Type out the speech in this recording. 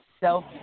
self